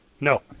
No